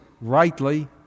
rightly